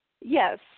Yes